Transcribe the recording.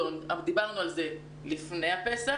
ולכן שיחזירו את הלימודים הפרונטליים בסוף התקופה